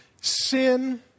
Sin